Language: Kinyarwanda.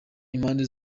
impande